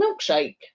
Milkshake